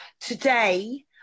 Today